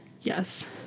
Yes